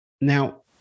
Now